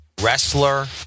Wrestler